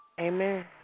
Amen